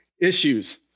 issues